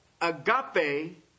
agape